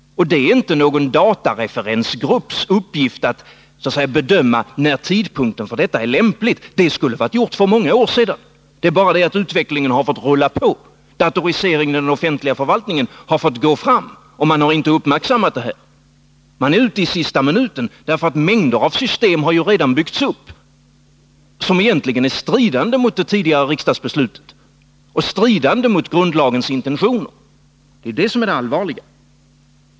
Det är inte någon datareferensgrupps uppgift att bedöma när detta är lämpligt — det skulle ha varit gjort för många år sedan — utan det är bara så att utvecklingen har fått rulla vidare. Datoriseringen av den offentliga förvaltningen har alltså fått fortsätta, utan att man har uppmärksammat vad som skett. Man är nu ute i sista minuten — mängder av system har redan byggts upp vilka egentligen strider mot det tidigare riksdagsbeslutet och mot grundla gens intentioner. Det är det som är det allvarliga.